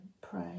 pray